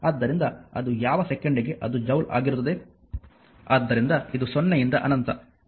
ಆದ್ದರಿಂದ ಅದು ಯಾವ ಸೆಕೆಂಡ್ಗೆ ಅದು ಜೌಲ್ ಆಗಿರುತ್ತದೆ